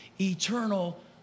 eternal